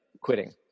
quitting